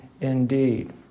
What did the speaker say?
indeed